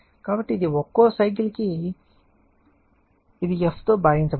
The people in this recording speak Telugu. కాబట్టి ఇది ఒక్కో సైకిల్ కి కాబట్టి ఇది f తో భాగించబడినది